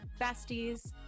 besties